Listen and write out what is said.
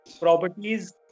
Properties